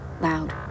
loud